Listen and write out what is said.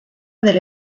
del